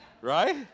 Right